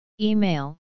Email